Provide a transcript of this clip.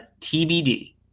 TBD